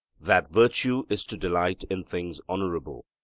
that virtue is to delight in things honourable,